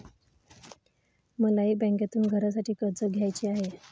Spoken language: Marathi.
मलाही बँकेतून घरासाठी कर्ज घ्यायचे आहे